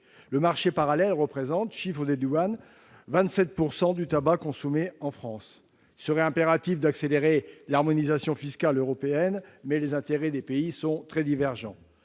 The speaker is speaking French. Le marché parallèle représente, selon le chiffre des douanes, 27 % du tabac consommé en France. Il serait impératif d'accélérer l'harmonisation fiscale européenne, mais les intérêts des pays sont très divergents.